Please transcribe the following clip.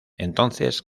entonces